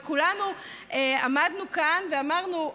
וכולנו עמדנו כאן ואמרנו,